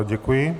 Děkuji.